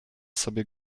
sobie